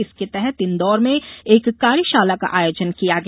इसके तहत इंदौर में एक कार्यशाला का आयोजन किया गया